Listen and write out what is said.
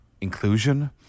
inclusion